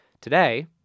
Today